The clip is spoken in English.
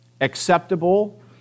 acceptable